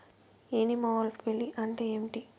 Anemophily అంటే ఏంటి?